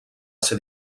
ser